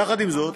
יחד עם זאת,